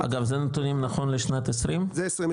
אגב זה נתונים נכון לשנת 2020?